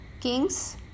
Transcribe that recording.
king's